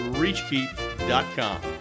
reachkeep.com